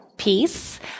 peace